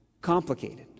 complicated